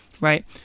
right